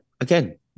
again